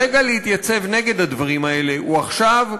הרגע להתייצב נגד הדברים האלה הוא עכשיו,